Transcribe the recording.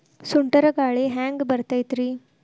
ಸುಂಟರ್ ಗಾಳಿ ಹ್ಯಾಂಗ್ ಬರ್ತೈತ್ರಿ?